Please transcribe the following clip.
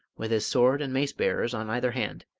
with his sword and mace-bearers on either hand,